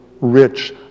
rich